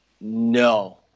No